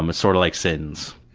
um sort of like sins.